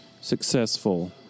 successful